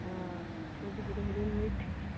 ହଁ ସେଇଠି hero heroine meet